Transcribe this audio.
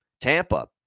Tampa